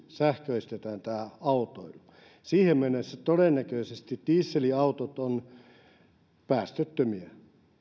sähköistetään tämä autoilu niin siihen mennessä todennäköisesti dieselautot ovat päästöttömiä